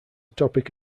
topic